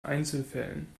einzelfällen